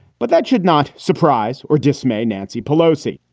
but that should not surprise or dismay. nancy pelosi,